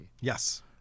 Yes